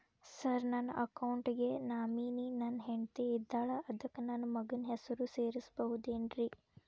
Sir ನನ್ನ account ಗೆ nominee ನನ್ನ ಹೆಂಡ್ತಿ ಇದ್ದಾಳ ಅದಕ್ಕ ನನ್ನ ಮಗನ ಹೆಸರು ಸೇರಸಬಹುದೇನ್ರಿ?